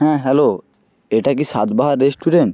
হ্যাঁ হ্যালো এটা কি সাতবাহার রেস্টুরেন্ট